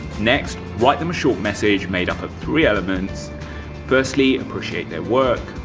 next, write them a short message made up of three elements firstly appreciate their work,